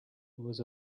was